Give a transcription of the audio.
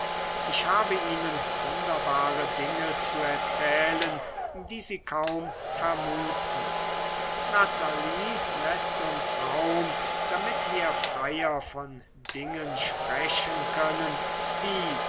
ich habe ihnen wunderbare dinge zu erzählen die sie kaum vermuten natalie läßt uns raum damit wir freier von dingen sprechen können die